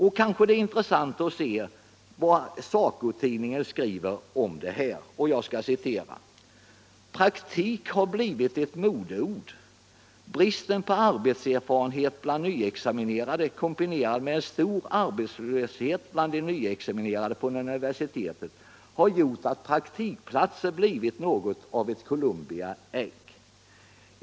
Dei kan vara intressant att ta del av vad SACO/SR-tidningen skriver om detta problem: ”Praktik har blivit ett modeord. Bristen på arbetserfarenhet bland nyexaminerade kombinerat med en stor arbetslöshet bland de nyexaminerade från universiteten har gjort att praktikplatser har blivit något av ett Columbi ägg.